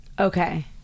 okay